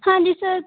ਹਾਂਜੀ ਸਰ